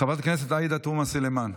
חברת הכנסת עאידה תומא סלימאן,